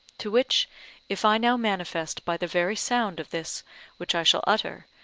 to which if i now manifest by the very sound of this which i shall utter,